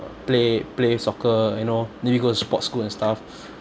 play play soccer you know maybe go to sports school and stuff